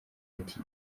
ati